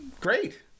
Great